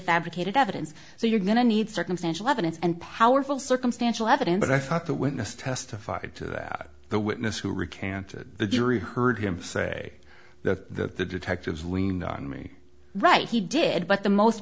fabricated evidence so you're going to need circumstantial evidence and powerful circumstantial evidence but i thought the witness testified to that the witness who recanted the jury heard him say that the detectives leaned on me right he did but the most